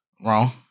Wrong